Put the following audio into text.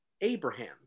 Abraham